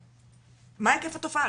מה היקף התופעה?